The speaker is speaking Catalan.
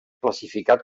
classificat